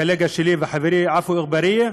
הקולגה שלי וחברי עפו אגבאריה,